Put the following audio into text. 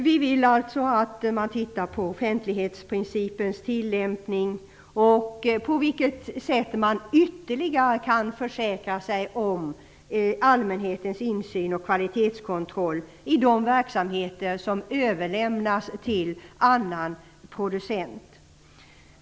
Vi vill alltså att man tittar på offentlighetsprincipens tillämpning och på vilket sätt det går att ytterligare försäkra sig om allmänhetens insyn och kvalitetskontroll i de verksamheter som överlämnas till någon annan producent.